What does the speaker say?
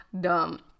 dumb